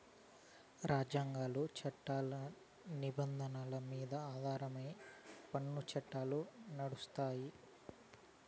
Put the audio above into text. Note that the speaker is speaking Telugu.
రాజ్యాంగాలు, చట్టాల నిబంధనల మీద ఆధారమై పన్ను చట్టాలు నడుస్తాయి